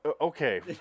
Okay